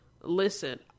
Listen